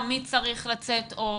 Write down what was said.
קצר